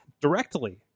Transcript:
directly